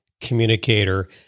communicator